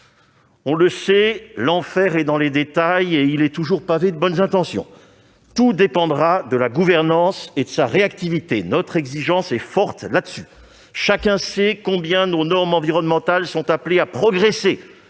On le sait, l'enfer est dans les détails et il est toujours pavé de bonnes intentions. Tout dépendra de la gouvernance et de sa réactivité : notre exigence est forte dans ce domaine. Chacun sait combien nos normes environnementales sont appelées à progresser